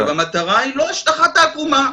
עכשיו, המטרה היא לא השטחת העקומה.